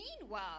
Meanwhile